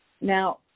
Now